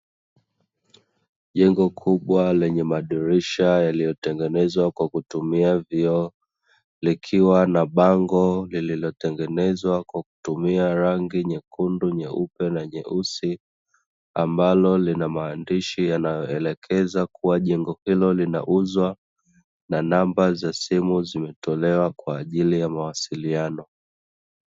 Jengo kubwa lenye madirisha yaliyotengenezwa kwa kutumia vioo, likiwa na bango lililotengenezwa kwa kutumia rangi nyekundu, nyeupe na nyeusi, ambalo lina maandishi yanayoelekeza kuwa jengo hilo linauzwa na namba za simu zimetolewa kwa ajili ya mawasiliano.